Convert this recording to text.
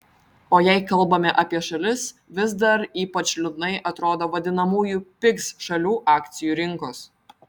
o jei kalbame apie šalis vis dar ypač liūdnai atrodo vadinamųjų pigs šalių akcijų rinkos